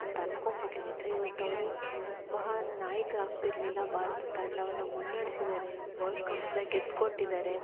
ಅಂತ ಅನ್ಕೊಂಬಿಟ್ಟಿದಿದ್ರೆ ಇವತ್ತು ಅವರು ಮಹಾನ್ ನಾಯಕರಾಗ್ತಿರ್ಲಿಲ್ಲ ಭಾರತ ತಂಡವನ್ನು ಮುನ್ನಡ್ಸಿದ್ದಾರೆ ವರ್ಲ್ಡ್ ಕಪ್ಸನ್ನ ಗೆದ್ಕೊಟ್ಟಿದ್ದಾರೆ